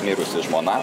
mirusi žmona